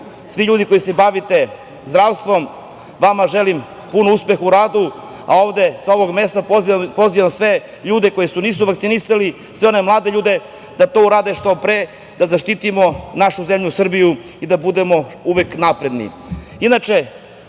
svi ljudi koji se bavite zdravstvom, vama želim puno uspeha u radu, a ovde sa ovog mesta pozivam sve ljude koji se nisu vakcinisali, sve one mlade ljude da to urade što pre da zaštitimo našu zemlju Srbiju i da budemo uvek napredni. Inače,